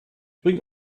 bringe